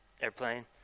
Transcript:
airplane